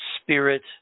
spirit